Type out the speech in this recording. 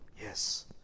Yes